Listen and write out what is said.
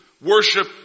worship